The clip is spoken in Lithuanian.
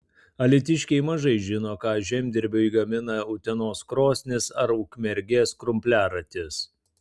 alytiškiai mažai žino ką žemdirbiui gamina utenos krosnys ar ukmergės krumpliaratis